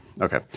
Okay